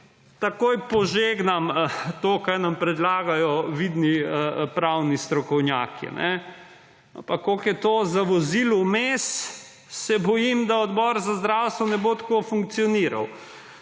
takoj požegnam to, kar nam predlagajo vidni pravni strokovnjaki. Ampak koliko je to zavozilo vmes, se bojim, da Odbor za zdravstvo ne bo tako funkcioniral.